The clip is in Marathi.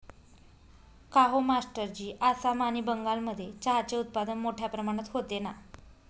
काहो मास्टरजी आसाम आणि बंगालमध्ये चहाचे उत्पादन मोठया प्रमाणात होते ना